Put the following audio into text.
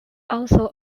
also